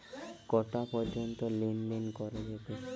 কটা পর্যন্ত লেন দেন করা যাবে?